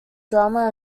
drama